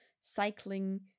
cycling